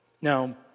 Now